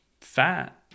fat